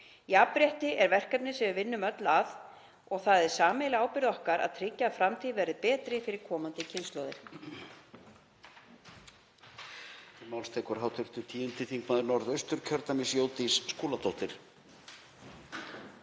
Jafnrétti er verkefni sem við vinnum öll að og það er sameiginleg ábyrgð okkar að tryggja að framtíðin verði betri fyrir komandi kynslóðir.